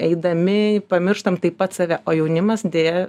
eidami pamirštam tai pat save o jaunimas deja